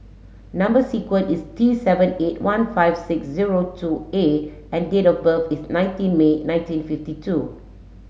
number sequence is T seven eight one five six zero two A and date of birth is nineteen May nineteen fifty two